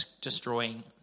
destroying